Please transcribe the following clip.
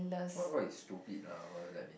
what what is stupid lah what does that mean